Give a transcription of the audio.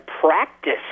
practice